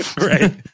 right